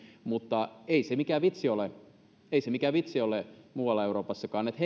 mutta ei se mikään vitsi ole ei se mikään vitsi ole muualla euroopassakaan että